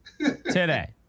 Today